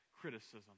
criticism